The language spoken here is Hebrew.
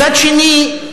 מצד שני,